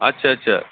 আচ্ছা আচ্ছা